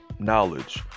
knowledge